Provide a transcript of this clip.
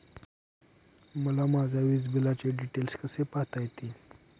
मला माझ्या वीजबिलाचे डिटेल्स कसे पाहता येतील?